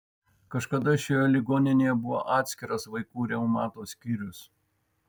kažkada šioje ligoninėje buvo atskiras vaikų reumato skyrius